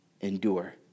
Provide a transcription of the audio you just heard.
Endure